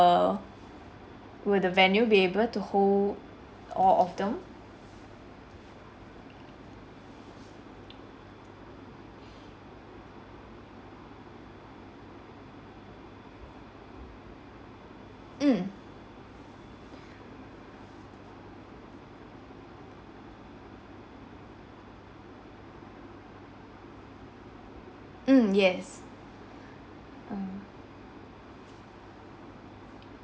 will the venue able to hold all of them mm mm yes mm